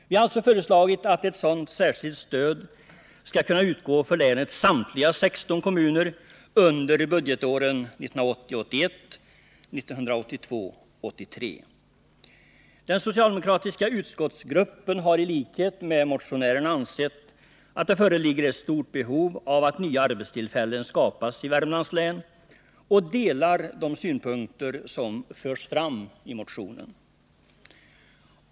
Vi har alltså föreslagit att ett sådant särskilt stöd skall kunna utgå för länets samtliga 16 kommuner under budgetåren 1980 83. Den socialdemokratiska utskottsgruppen har i likhet med motionärerna ansett att det föreligger ett stort behov av att nya arbetstillfällen skapas i Värmlands län och delar de synpunkter som förs fram i motionen.